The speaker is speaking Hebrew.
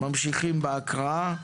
ממשיכים בהקראה.